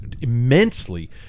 immensely